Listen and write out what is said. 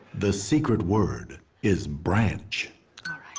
the secret word is branch.